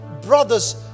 brothers